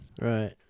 Right